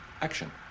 action